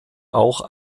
auch